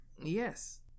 Yes